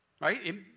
right